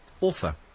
author